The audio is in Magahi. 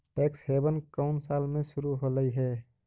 टैक्स हेवन कउन साल में शुरू होलई हे?